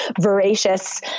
voracious